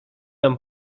nam